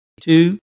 Two